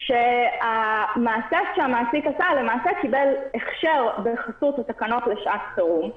שהמעסיק קיבל הכשר בחסות התקנות לשעת חירום,